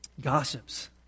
Gossips